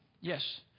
Yes